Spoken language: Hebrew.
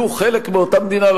יהיו חלק מאותה מדינה?